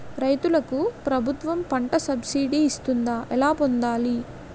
రైతులకు ప్రభుత్వం పంట సబ్సిడీ ఇస్తుందా? ఎలా పొందాలి?